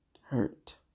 hurt